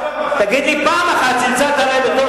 תגיד לי על פעם אחת שצלצלת אלי בתור